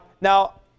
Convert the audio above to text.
now